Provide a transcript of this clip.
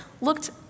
looked